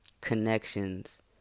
connections